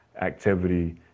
activity